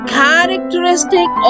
characteristic